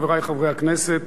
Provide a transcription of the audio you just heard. חברי חברי הכנסת,